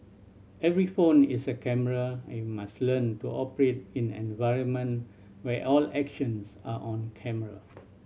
every phone is a camera and we must learn to operate in an environment where all actions are on camera